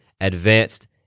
advanced